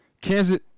Kansas